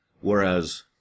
Whereas